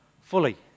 Fully